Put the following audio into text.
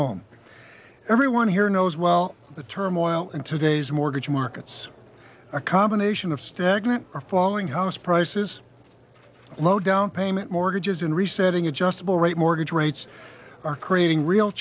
home everyone here knows well the turmoil in today's mortgage markets a combination of stagnant or falling house prices low down payment mortgages in resetting adjustable rate mortgage rates are creating real